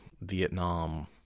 Vietnam